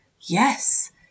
yes